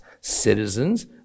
citizens